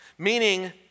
Meaning